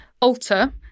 alter –